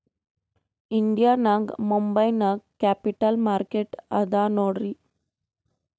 India ನಾಗ್ ಮುಂಬೈ ನಾಗ್ capital market ಅದಾ ನೋಡ್ರಿ